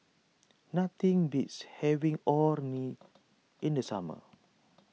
nothing beats having Orh Nee in the summer